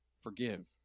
Forgive